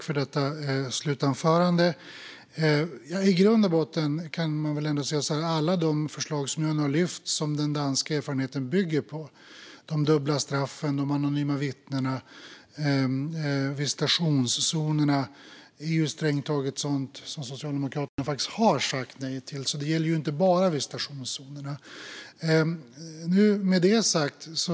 Fru talman! Alla de förslag som jag har lyft upp och som den danska erfarenheten bygger på - dubbla straff, anonyma vittnen och visitationszoner - har Socialdemokraterna sagt nej till. Det gäller alltså inte bara visitationszonerna.